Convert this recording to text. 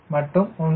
2 மற்றும் 1